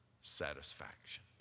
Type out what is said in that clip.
satisfaction